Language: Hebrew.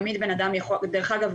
תמיד בנאדם יכול --- דרך אגב,